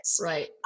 Right